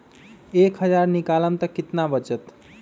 एक हज़ार निकालम त कितना वचत?